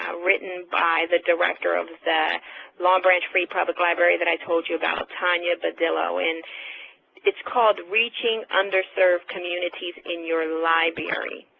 written by the director of the long branch free public library that i told you about, tonya badillo, and it's called reaching underserved communities in your library.